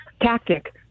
tactic